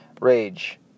rage